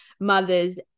mothers